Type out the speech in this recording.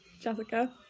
Jessica